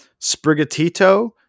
Sprigatito